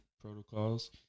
protocols